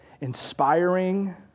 inspiring